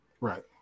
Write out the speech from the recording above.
Right